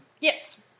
Yes